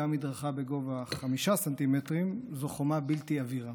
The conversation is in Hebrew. גם מדרכה בגובה 5 ס"מ היא חומה בלתי עבירה.